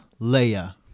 Leia